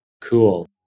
Cool